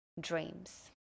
dreams